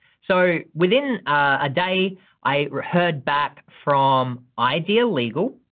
so within a day i heard back from idealegal,